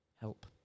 help